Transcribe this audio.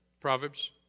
Proverbs